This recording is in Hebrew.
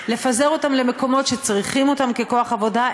לפזר אותם למקומות שצריכים אותם ככוח עבודה,